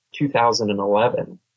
2011